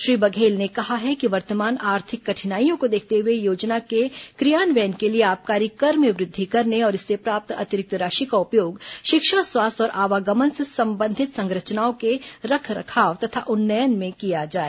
श्री बघेल ने कहा है कि वर्तमान आर्थिक कठिनाइयों को देखते हुए योजना के क्रियान्वयन के लिए आबकारी कर में वृद्धि करने और इससे प्राप्त अतिरिक्त राशि का उपयोग शिक्षा स्वास्थ्य और आवागमन से संबंधित संरचनाओं के रखरखाव तथा उन्नयन में किया जाए